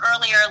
earlier